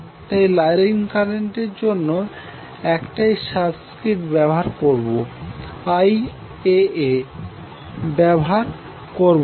তাই লাইন কারেন্টের জন্য একটাই সাবস্ক্রিপ্ট ব্যাভহার করবো Iaa ব্যাভহার করবো না